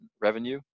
revenue